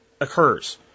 occurs